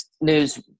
news